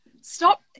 Stop